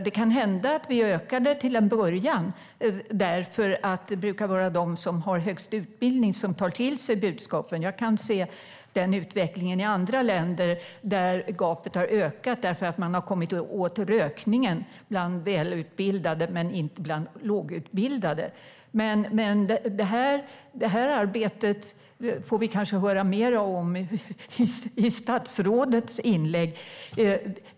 Det kan hända att vi ökar det till en början därför att det brukar vara de som har högst utbildning som tar till sig budskapen. Jag kan se den utvecklingen i andra länder, där gapet har ökat för att man har kommit åt rökningen bland välutbildade men inte bland lågutbildade. Det arbetet får vi kanske höra mer om i statsrådets inlägg.